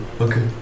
okay